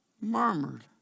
murmured